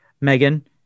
Megan